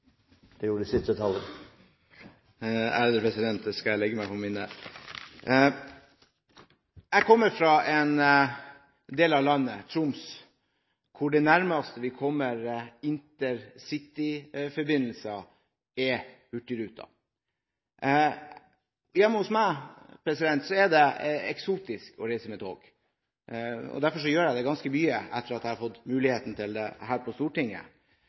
det gjorde siste taler. Det skal jeg legge meg på minne. Jeg kommer fra en del av landet, Troms, hvor det nærmeste vi kommer intercityforbindelser, er hurtigruten. Hjemme hos meg er det eksotisk å reise med tog – derfor gjør jeg det ganske mye – etter at jeg fikk muligheten til det da jeg kom på Stortinget.